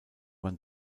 man